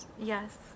yes